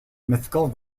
mythical